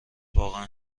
واقعا